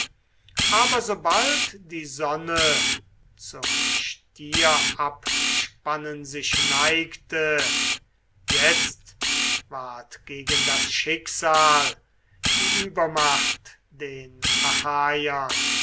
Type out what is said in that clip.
aber sobald die sonne zum stierabspannen sich neigte jetzt ward gegen das schicksal die übermacht den